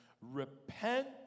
repent